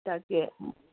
তাকে